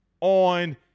on